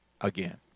again